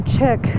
check